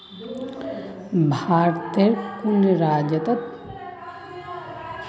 भारतेर कुन राज्यत दूधेर उत्पादन सबस बेसी ह छेक